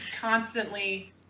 constantly